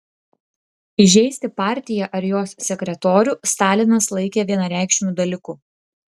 įžeisti partiją ar jos sekretorių stalinas laikė vienareikšmiu dalyku